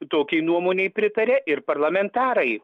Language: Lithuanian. tokiai nuomonei pritaria ir parlamentarai